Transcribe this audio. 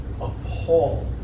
appalled